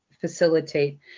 facilitate